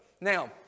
Now